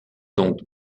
donc